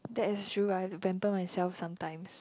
that is true I have to pamper myself sometimes